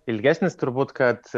ilgesnis turbūt kad